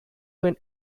win